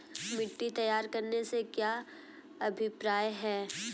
मिट्टी तैयार करने से क्या अभिप्राय है?